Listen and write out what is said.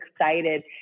excited